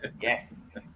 Yes